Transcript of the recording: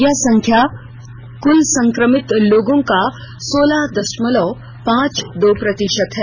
यह संख्या कुल संक्रमित लोगों का सोलह दशमलव पांच दो प्रतिशत है